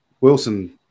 Wilson –